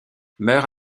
meurt